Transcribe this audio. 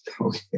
Okay